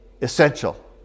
essential